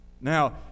Now